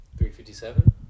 357